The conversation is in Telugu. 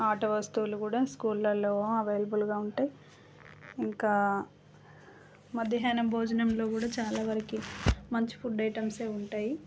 ఆట వస్తువులు కూడా స్కూళ్ళల్లో అవైలబుల్గా ఉంటాయి ఇంకా మధ్యాహ్న భోజనంలో కూడా చాలావరకి మంచి ఫుడ్ ఐటెంసే ఉంటాయి